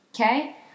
Okay